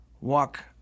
Walk